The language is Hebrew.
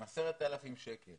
10,000 שקל